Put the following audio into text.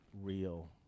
real